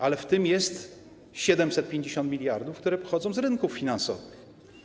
Ale w tym jest 750 mld, które pochodzą z rynków finansowych.